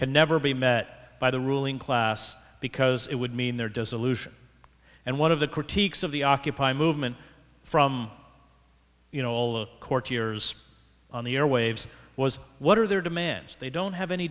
can never be met by the ruling class because it would mean they're disillusioned and one of the critiques of the occupy movement from you know all the courtiers on the airwaves was what are their demands they don't have any